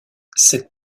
cette